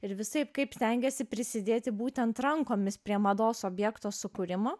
ir visaip kaip stengiasi prisidėti būtent rankomis prie mados objekto sukūrimo